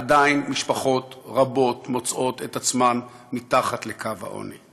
עדיין משפחות רבות מוצאות את עצמן מתחת לקו העוני.